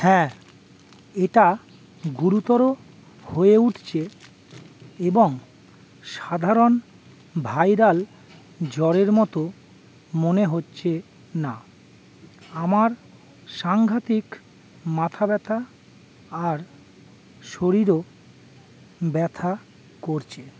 হ্যাঁ এটা গুরুতর হয়ে উঠেছে এবং সাধারণ ভাইরাল জ্বরের মতো মনে হচ্ছে না আমার সাঙ্ঘাতিক মাথা ব্যথা আর শরীরও ব্যথা করছে